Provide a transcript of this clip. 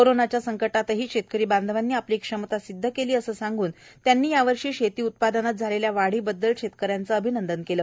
कोरोनाच्या संकटातही शेतकरी बांधवांनी आपली क्षमता सिद्ध केली असं सांगून त्यांनी यावर्षी शेती उत्पादनात झालेल्या वाढीबद्दल शेतकऱ्यांचं अभिनंदन केलं